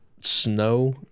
snow